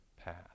path